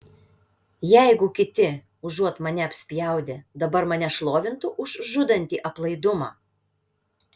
jeigu kiti užuot mane apspjaudę dabar mane šlovintų už žudantį aplaidumą